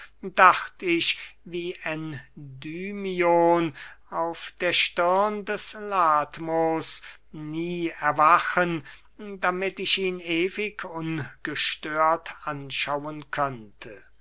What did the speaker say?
dacht ich wie endymion auf der stirn des latmos nie erwachen damit ich ihn ewig ungestört anschauen könnte